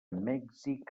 mèxic